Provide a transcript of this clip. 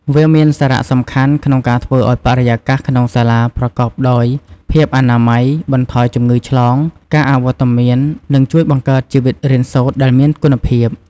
វាមានសារៈសំខាន់ក្នុងការធ្វើឲ្យបរិយាកាសក្នុងសាលាប្រកបដោយភាពអនាម័យ បន្ថយជំងឺឆ្លង ការអវត្តមាន និងជួយបង្កើតជីវិតរៀនសូត្រដែលមានគុណភាព។